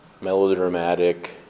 melodramatic